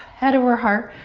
head over heart,